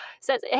says